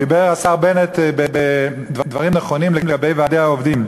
דיבר השר בנט דברים נכונים לגבי ועדי העובדים,